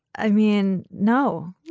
i mean, no,